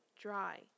dry